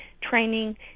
training